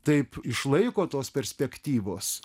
taip iš laiko tos perspektyvos